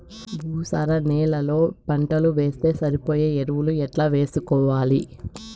భూసార నేలలో పంటలు వేస్తే సరిపోయే ఎరువులు ఎట్లా వేసుకోవాలి?